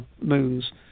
moons